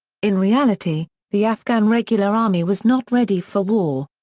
in reality, the afghan regular army was not ready for war.